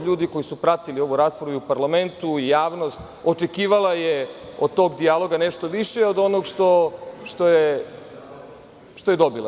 Ljudi koji su pratili ovu raspravu u parlamentu i javnost očekivala je od tog dijaloga nešto više i od onog što je dobila.